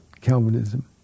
Calvinism